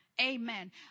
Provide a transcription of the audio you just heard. Amen